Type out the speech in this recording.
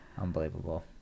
unbelievable